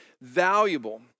valuable